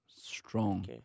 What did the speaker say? Strong